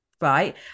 right